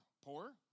poor